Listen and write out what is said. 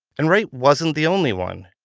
and wright wasn't the only one.